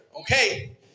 Okay